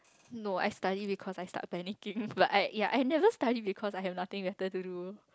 no I study because I start panicking like I ya I never study because I have nothing better to do